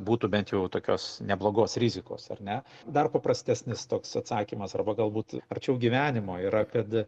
būtų bent jau tokios neblogos rizikos ar ne dar paprastesnis toks atsakymas arba galbūt arčiau gyvenimo yra kad